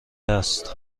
است